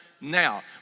now